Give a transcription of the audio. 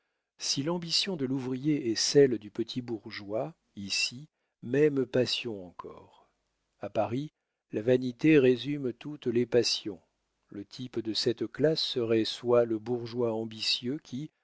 si l'ambition de l'ouvrier est celle du petit bourgeois ici mêmes passions encore a paris la vanité résume toutes les passions le type de cette classe serait soit le bourgeois ambitieux qui